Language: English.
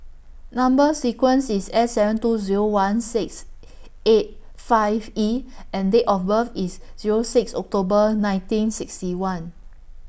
Number sequence IS S seven two Zero one six eight five E and Date of birth IS Zero six October nineteen sixty one